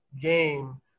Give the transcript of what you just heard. game